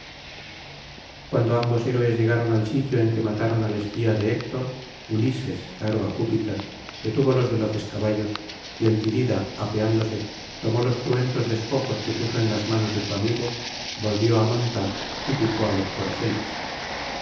cuando ambos héroes llegaron al sitio en que mataran al espía de héctor ulises caro á júpiter detuvo los veloces caballos y el tididá apeándose tomó los cruentos despojos que puso en las manos de su amigo volvió á montar y picó á los corceles